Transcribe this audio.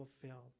fulfilled